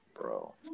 Bro